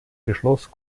beschloss